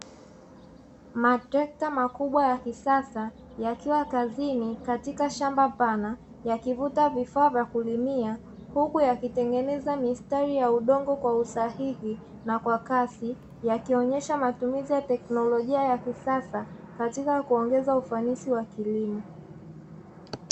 Matrekta makubwa ya kisasa yakiwa kazini katika shamba pana yakivuta vifaa vya kulimia, huku yakitengeneza mistari ya udongo kwa usahihi na kwa kasi, yakionesha matumizi ya tekinolojia ya kisasa katika kuongeza ufanisi wa kilimo.